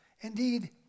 indeed